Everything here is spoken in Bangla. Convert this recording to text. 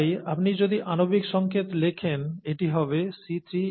তাই আপনি যদি আণবিক সংকেত লেখেন এটি হবে C3H6O3